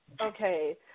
Okay